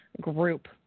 group